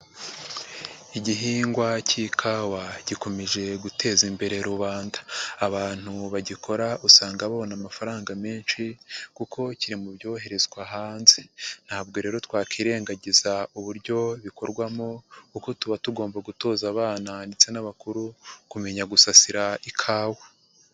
Igihingwa cy'ikawa gikomeje guteza imbere rubanda. Abantu bagikora usanga babona amafaranga menshi kuko kiri mu byoherezwa hanze. Ntabwo rero twakwirengagiza uburyo bikorwamo kuko tuba tugomba gutoza abana ndetse n'abakuru kumenya gusasira ikawa.